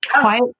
quiet